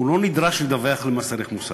ישיב סגן שר האוצר מיקי לוי.